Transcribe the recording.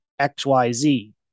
XYZ